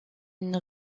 une